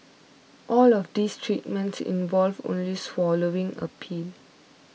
all of these treatments involve only swallowing a pill